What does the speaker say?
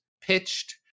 pitched